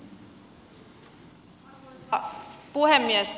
arvoisa puhemies